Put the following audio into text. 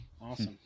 awesome